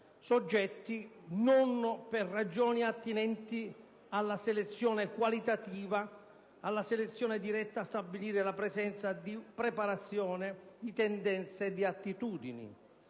soggetti non per ragioni attinenti alla selezione qualitativa, alla selezione diretta a stabilire la presenza di preparazione, di tendenze e di attitudini.